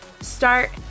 start